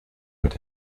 mit